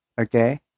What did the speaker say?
Okay